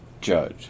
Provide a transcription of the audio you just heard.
judge